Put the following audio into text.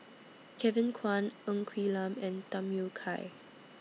Kevin Kwan Ng Quee Lam and Tham Yui Kai